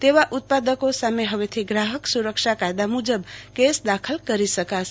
તેવા ઉત્પાદકો સામે હવેથી ગ્રાહક સુરક્ષા કાયદા મુજબ કેસ દાખલ કરી શકાશે